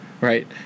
right